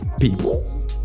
people